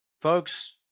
Folks